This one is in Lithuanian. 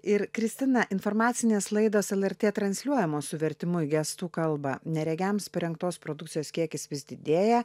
ir kristina informacinės laidos lrt transliuojamos su vertimu į gestų kalbą neregiams parengtos produkcijos kiekis vis didėja